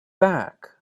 back